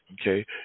okay